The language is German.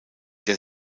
der